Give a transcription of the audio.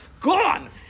gone